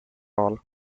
all